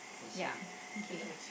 ya okay